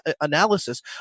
analysis